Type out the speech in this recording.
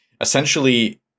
essentially